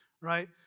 right